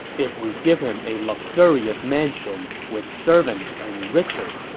if we give him a luxurious mansion with servants and riches,